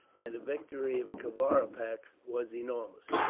by the victory of kavaripak, was enormous.